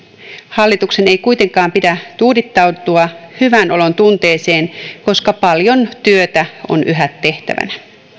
hallituksen ei kuitenkaan pidä tuudittautua hyvän olon tunteeseen koska paljon työtä on yhä tehtävänä